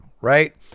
right